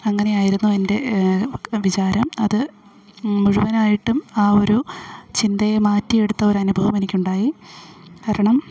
അങ്ങനെയായിരുന്നു എൻ്റെ വിചാരം അതു മുഴുവനായിട്ടും ആ ഒരു ചിന്തയെ മാറ്റിയെടുത്ത ഒരനുഭവം എനിക്കുണ്ടായി കാരണം